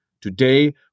Today